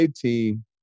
team